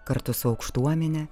kartu su aukštuomene